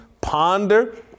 Ponder